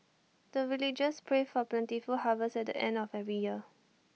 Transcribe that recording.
the villagers pray for plentiful harvest at the end of every year